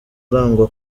urangwa